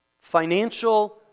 Financial